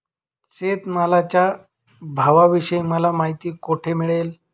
शेतमालाच्या भावाविषयी मला माहिती कोठे मिळेल?